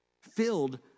filled